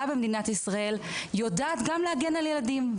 במדינת ישראל יודעת גם להגן על ילדים.